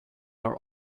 are